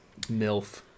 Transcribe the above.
Milf